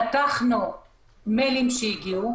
פתחנו מיילים שהגיעו,